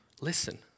listen